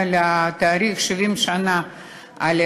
אבל מה,